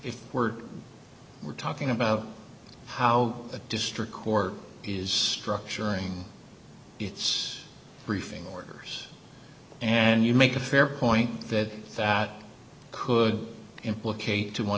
if we're we're talking about how a district court is structuring its briefing orders and you make a fair point that that could implicate to one